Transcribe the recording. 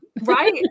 right